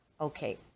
Okay